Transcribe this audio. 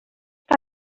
que